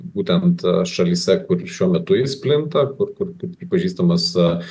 būtent šalyse kur šiuo metu jis plinta kur kur pripažįstamas